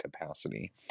capacity